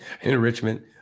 enrichment